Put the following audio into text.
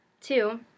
Two